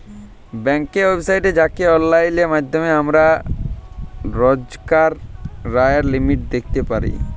ব্যাংকের ওয়েবসাইটে যাঁয়ে অললাইল মাইধ্যমে আমরা রইজকার ব্যায়ের লিমিট দ্যাইখতে পারি